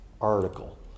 article